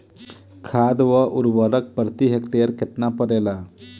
खाध व उर्वरक प्रति हेक्टेयर केतना पड़ेला?